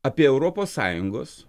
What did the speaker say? apie europos sąjungos